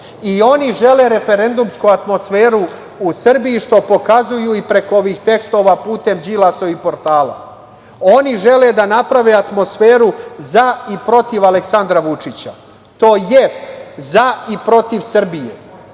i oni žele referendumsku atmosferu u Srbiji, što pokazuju i preko ovih tekstova putem Đilasovih portala. Oni žele da naprave atmosferu za i protiv Aleksandra Vučića, tj. za i protiv Srbije.